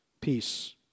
Peace